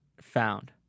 found